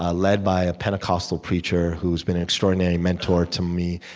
ah led by a pentecostal preacher who's been an extraordinary mentor to me,